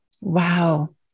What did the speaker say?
Wow